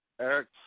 Eric